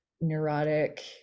neurotic